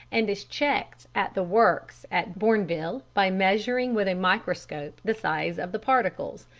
and is checked at the works at bournville by measuring with a microscope the size of the particles.